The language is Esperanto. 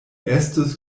estus